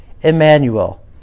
Emmanuel